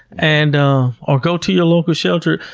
and ah or go to your local shelter.